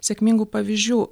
sėkmingų pavyzdžių